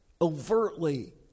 overtly